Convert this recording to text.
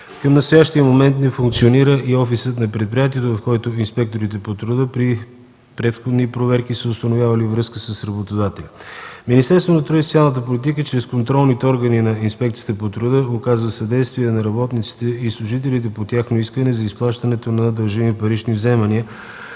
Към настоящия момент не функционира и офисът на предприятието, в който инспекторите по труда при предишни проверки са установявали връзка с работодателя. Министерството на труда и социалната политика чрез контролните органи на Инспекцията по труда оказва съдействие на работниците и служителите по тяхно искане за изплащане на дължими парични вземания